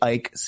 Ike